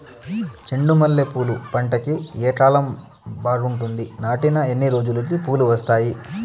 చెండు మల్లె పూలు పంట కి ఏ కాలం బాగుంటుంది నాటిన ఎన్ని రోజులకు పూలు వస్తాయి